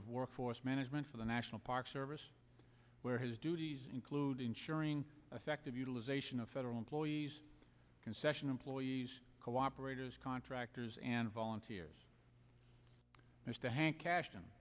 of workforce management for the national park service where his duties include ensuring effective utilization of federal employees concession employees cooperators contractors and volunteers as to hank cash